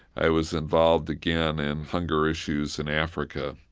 i was involved again in hunger issues in africa,